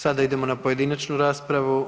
Sada idemo na pojedinačnu raspravu.